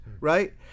right